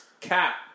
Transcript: Cap